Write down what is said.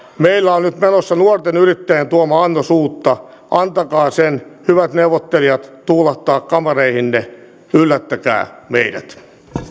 meillä on nyt menossa nuorten yrittäjien tuoma annos uutta antakaa sen hyvät neuvottelijat tuulahtaa kammareihinne yllättäkää meidät